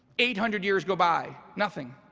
eight hundred years go by, nothing.